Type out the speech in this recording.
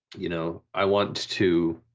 you know i want to